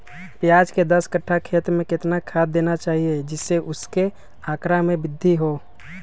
प्याज के दस कठ्ठा खेत में कितना खाद देना चाहिए जिससे उसके आंकड़ा में वृद्धि हो?